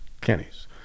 Kenny's